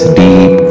deep